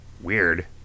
Weird